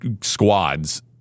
squads